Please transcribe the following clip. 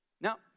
Now